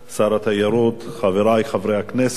שר התיירות, חברי חברי הכנסת,